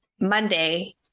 Monday